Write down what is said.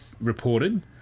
reported